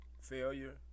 failure